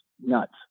nuts